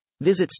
Visit